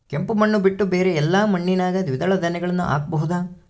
ಕೆಂಪು ಮಣ್ಣು ಬಿಟ್ಟು ಬೇರೆ ಎಲ್ಲಾ ಮಣ್ಣಿನಾಗ ದ್ವಿದಳ ಧಾನ್ಯಗಳನ್ನ ಹಾಕಬಹುದಾ?